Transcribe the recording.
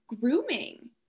grooming